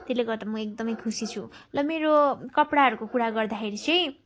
त्यसले गर्दा म एकदमै खुसी छु र मेरो कपडाहरूको कुरा गर्दाखेरि चाहिँ